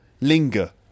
linger